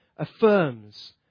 affirms